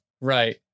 Right